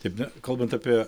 taip na kalbant apie